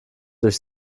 durch